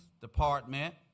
department